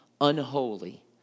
unholy